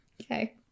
Okay